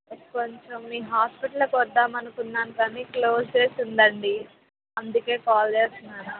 కొంచం మీ హాస్పిటల్కు వద్దాం అనుక్కున్నాను కానీ క్లోజ్ చేసి ఉందండి అందుకు కాల్ చేస్తున్నాను